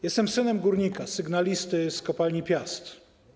Jestem synem górnika sygnalisty z kopalni Piast.